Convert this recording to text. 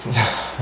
ya